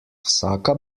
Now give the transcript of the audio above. vsaka